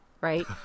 Right